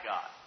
God